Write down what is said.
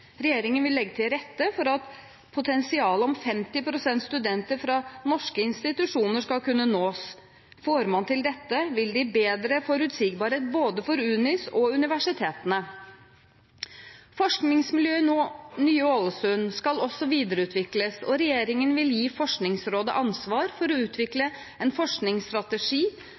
Regjeringen vil legge til rette for at potensialet om 50 pst. studenter fra norske institusjoner skal kunne nås. Får man til dette, vil det gi bedre forutsigbarhet både for UNIS og universitetene. Forskningsmiljøet i Ny-Ålesund skal også videreutvikles, og regjeringen vil gi Forskningsrådet ansvar for å utvikle en forskningsstrategi